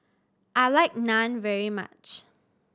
I like Naan very much